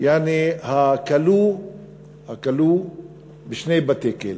יעני הכלוא בשני בתי-כלא.